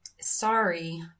sorry